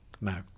No